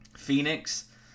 Phoenix